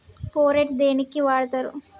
Phorate దేనికి వాడుతరు?